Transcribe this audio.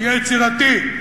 תהיה יצירתי,